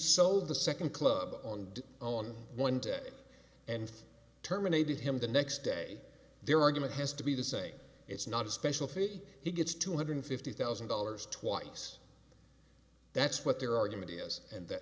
sold the second club and on one day and terminated him the next day their argument has to be the same it's not a special fee he gets two hundred fifty thousand dollars twice that's what their argument is and th